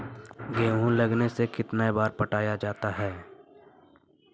गेहूं लगने से कितना बार पटाया जाता है?